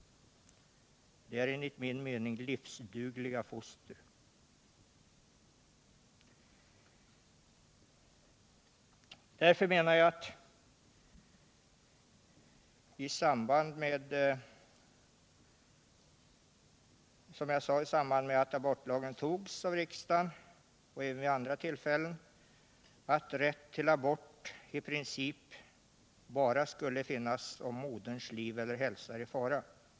Enligt min mening är även dessa livsdugliga foster. I samband med att abortlagen antogs av riksdagen liksom vid andra tillfällen har jag därför anfört att rätt till abort i princip bara skall finnas, om åtgärden skulle medföra att moderns liv eller hälsa är i fara.